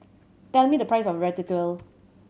tell me the price of Ratatouille